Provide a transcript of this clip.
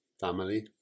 family